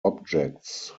objects